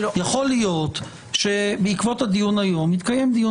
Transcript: יכול להיות שבעקבות הדיון היום יתקיים דיון